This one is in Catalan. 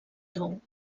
tou